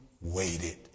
waited